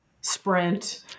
sprint